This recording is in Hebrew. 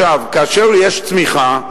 כאשר יש צמיחה,